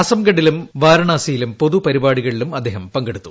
അസംഗഡിലും വാരാണാസിയിലും പൊതുപരിപാടികളിലും അദ്ദേഹം പങ്കെടുത്തു